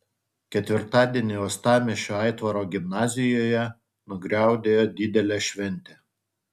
ketvirtadienį uostamiesčio aitvaro gimnazijoje nugriaudėjo didelė šventė